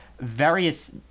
various